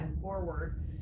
forward